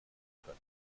können